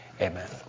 amen